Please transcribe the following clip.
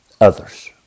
others